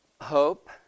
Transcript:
hope